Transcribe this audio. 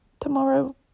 Tomorrow